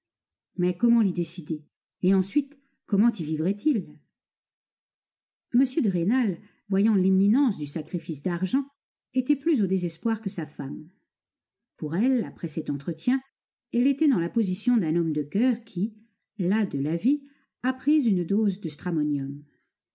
mais comment l'y décider et ensuite comment y vivrait il m de rênal voyant l'imminence du sacrifice d'argent était plus au désespoir que sa femme pour elle après cet entretien elle était dans la position d'un homme de coeur qui las de la vie a pris une dose de stramonium